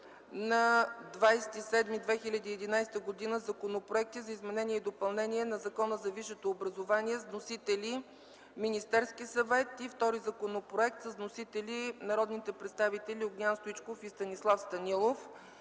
на 20 юли 2011 г. законопроекти за изменение и допълнение на Закона за висшето образование с вносители – Министерският съвет, и втори законопроект с вносители народните представители Огнян Стоичков и Станислав Станилов.